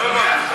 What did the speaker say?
לא הבנתי.